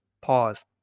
Pause